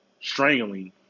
strangling